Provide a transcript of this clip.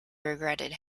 regretted